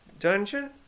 dungeon